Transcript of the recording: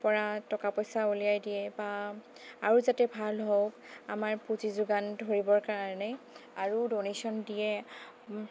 পৰা টকা পইচা উলিয়াই দিয়ে বা আৰু যাতে ভাল হওক আমাৰ পুঁজি যোগান ধৰিবৰ কাৰণে আৰু ডনেশ্যন দিয়ে